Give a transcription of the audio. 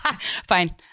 Fine